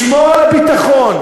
לשמור על הביטחון,